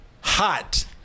hot